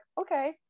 okay